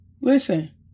listen